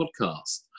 podcast